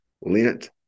Lent